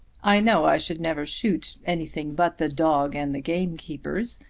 i know i should never shoot anything but the dog and the gamekeepers,